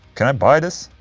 can i buy this?